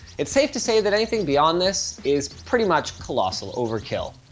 it's safe to say that anything beyond this is pretty much colossal overkill.